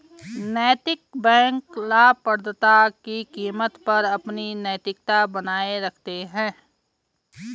नैतिक बैंक लाभप्रदता की कीमत पर अपनी नैतिकता बनाए रखते हैं